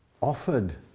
offered